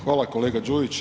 Hvala kolega Đujić.